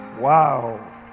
Wow